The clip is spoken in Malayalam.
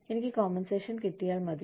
എനിക്ക് കോമ്പൻസേഷൻ കിട്ടിയാൽ മതി